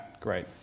great